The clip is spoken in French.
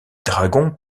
dragons